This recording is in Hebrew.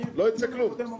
לא ייצא כלום.